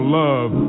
love